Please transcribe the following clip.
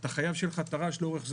אתה חייב שיהיה לך תר"ש לאורך זמן,